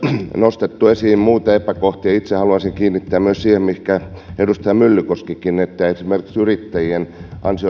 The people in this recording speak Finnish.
nostettu esiin myös muita epäkohtia itse haluaisin myös kiinnittää huomiota siihen mihinkä edustaja myllykoskikin että esimerkiksi yrittäjien